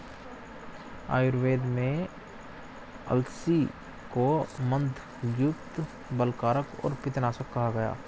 आयुर्वेद में अलसी को मन्दगंधयुक्त, बलकारक और पित्तनाशक कहा गया है